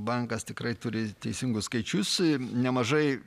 bankas tikrai turi teisingus skaičius ir nemažai